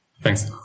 Thanks